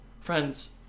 Friends